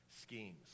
schemes